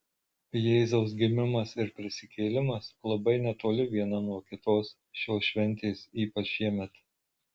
jėzaus gimimas ir prisikėlimas labai netoli viena nuo kitos šios šventės ypač šiemet